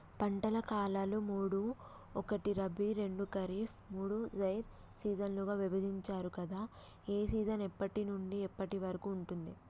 పంటల కాలాలు మూడు ఒకటి రబీ రెండు ఖరీఫ్ మూడు జైద్ సీజన్లుగా విభజించారు కదా ఏ సీజన్ ఎప్పటి నుండి ఎప్పటి వరకు ఉంటుంది?